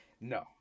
no